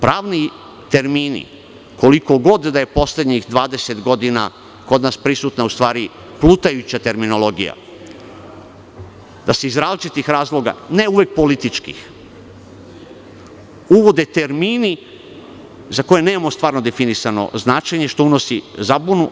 Pravni termini, koliko god da je u poslednjih 20 godina kod nas prisutna plutajuća terminologija, se iz različitih razloga, ne uvek političkih uvode termini za koje nemamo definisano značenje, a to unosi zabunu.